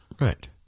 Right